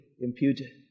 imputed